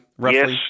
Yes